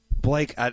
Blake